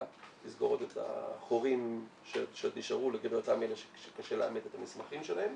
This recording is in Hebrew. תסגור את החורים שנשארו לגבי אותם אלה שקשה לאמת את המסמכים שלהם.